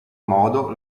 modo